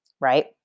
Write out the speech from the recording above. right